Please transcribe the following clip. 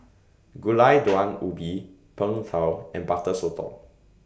Gulai Daun Ubi Png Tao and Butter Sotong